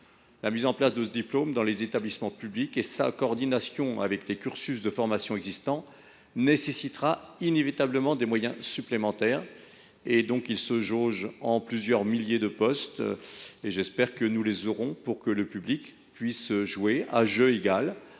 La mise en place de ce diplôme dans les établissements publics et sa coordination avec les cursus de formation existants nécessitera inévitablement des moyens supplémentaires, qui se jaugeront en milliers de postes. J’espère que ceux ci seront bien prévus pour que le public puisse, à jeu égal,